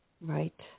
Right